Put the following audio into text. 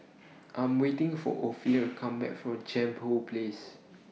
I'm waiting For Ophelia Come Back from Jambol Place